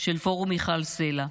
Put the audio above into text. של פורום מיכל סלה.